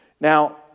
Now